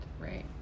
right